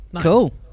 Cool